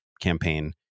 campaign